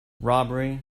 robbery